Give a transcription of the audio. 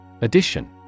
Addition